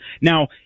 Now